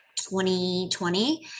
2020